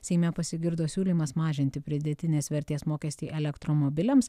seime pasigirdo siūlymas mažinti pridėtinės vertės mokestį elektromobiliams